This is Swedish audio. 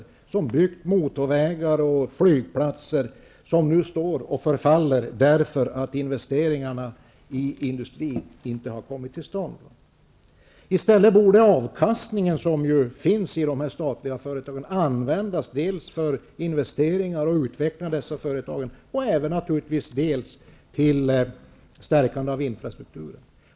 De har byggt motorvägar och flygplatser som nu står och förfaller därför att investeringarna i industrin inte har kommit till stånd. I stället borde den avkastning som finns i de här statliga företagen användas dels för investeringar och utveckling av dessa företag, dels naturligtvis till stärkande av infrastrukturen.